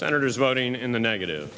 senators voting in the negative